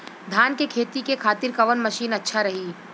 धान के खेती के खातिर कवन मशीन अच्छा रही?